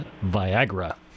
Viagra